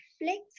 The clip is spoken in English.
reflect